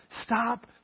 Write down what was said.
Stop